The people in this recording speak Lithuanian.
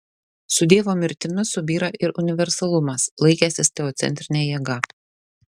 su dievo mirtimi subyra ir universalumas laikęsis teocentrine jėga